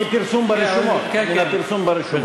מהרישום, מהפרסום ברשומות.